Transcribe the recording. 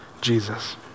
Jesus